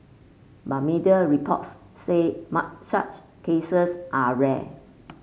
but media reports say such cases are rare